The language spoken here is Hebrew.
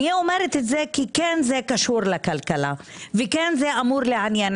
אני אומרת את זה כי זה קשור לכלכלה וזה אמור לעניין.